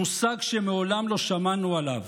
מושג שמעולם לא שמענו עליו.